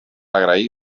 agrair